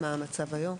מה המצב היום?